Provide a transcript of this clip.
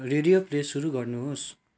radio play सुरु गर्नुहोस्